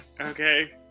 Okay